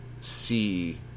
see